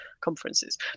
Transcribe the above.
conferences